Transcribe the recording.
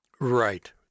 Right